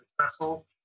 successful